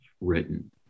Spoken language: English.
written